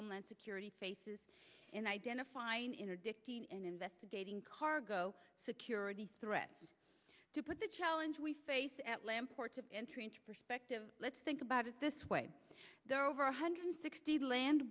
homeland security faces in identifying interdicting and investigating cargo security threat to put the challenge we face at lam ports of entry into perspective let's think about it this way there are over one hundred sixty land